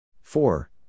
Four